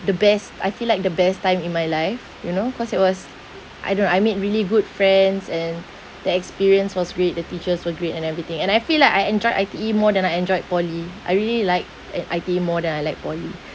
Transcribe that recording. really my the best I feel like the best time in my life you know cause it was I know I made really good friends and the experience was great the teachers were great and everything and I feel like I enjoyed I_T_E more than I enjoyed poly I really like at I_T_E more than I like poly